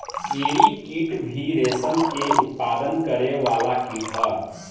एरी कीट भी रेशम के उत्पादन करे वाला कीट ह